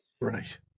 Right